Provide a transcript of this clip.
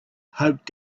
hoped